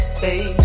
baby